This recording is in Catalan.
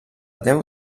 déu